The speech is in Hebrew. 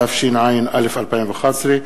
התשע"א 2011,